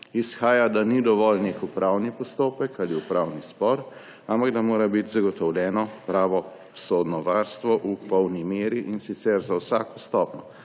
izhaja, da ni dovolj nek upravni postopek ali upravni spor, ampak mora biti zagotovljeno pravosodno varstvo v polni meri, in sicer za vsako stopnjo,